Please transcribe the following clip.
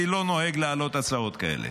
אני לא נוהג להעלות הצעות כאלה,